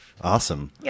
awesome